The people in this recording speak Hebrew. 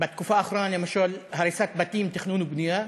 בתקופה האחרונה, למשל, הריסת בתים, תכנון ובנייה,